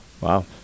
Wow